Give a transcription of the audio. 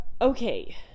Okay